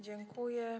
Dziękuję.